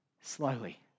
slowly